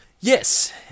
Yes